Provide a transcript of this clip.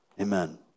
Amen